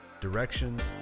directions